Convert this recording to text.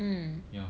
ya